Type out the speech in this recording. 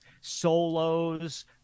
solos